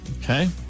Okay